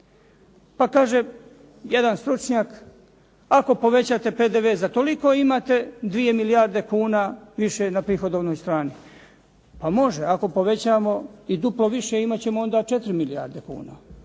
Pa kaže jedan stručnjak ako povećate PDV za toliko imate 2 milijarde kuna više na prihodovnoj strani. Pa može, ako povećamo i duplo više imat ćemo onda 4 milijarde kuna,